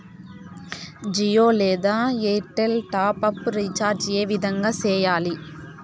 జియో లేదా Airtel top up recharge ఏ విధంగా సేయాలి